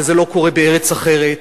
וזה לא קורה בארץ אחרת,